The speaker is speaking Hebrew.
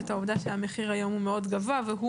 את העובדה שהמחיר היום הוא מאוד גבוה והוא